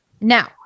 Now